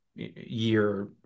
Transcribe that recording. year